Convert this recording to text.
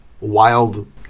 wild